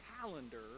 calendar